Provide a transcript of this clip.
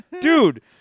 Dude